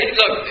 look